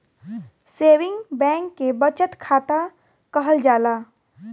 saving bank के बचत खाता कहल जाला